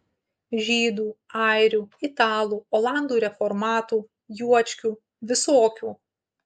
žydų airių italų olandų reformatų juočkių visokių